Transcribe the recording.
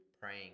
praying